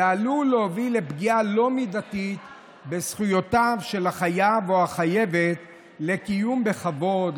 ועלול להוביל לפגיעה לא מידתית בזכויות של החייב או החייבת לקיום בכבוד,